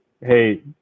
hey